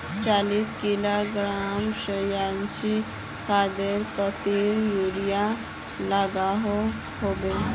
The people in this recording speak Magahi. चालीस किलोग्राम रासायनिक खादोत कतेरी यूरिया लागोहो होबे?